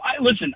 Listen